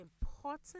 important